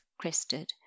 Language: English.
crested